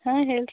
ಹಾಂ ಹೇಳ್ರೀ